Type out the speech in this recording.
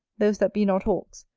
those that be not hawks,